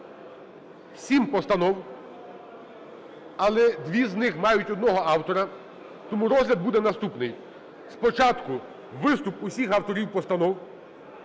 є 7 постанов, але 2 з них мають одного автора. Тому розгляд буде наступний: спочатку виступ усіх авторів постанов,